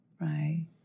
Right